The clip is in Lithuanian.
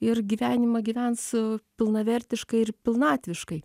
ir gyvenimą gyvens pilnavertiškai ir pilnatviškai